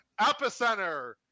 Epicenter